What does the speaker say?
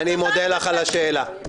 איך אפשר לאפשר הקמת ממשלה כזו?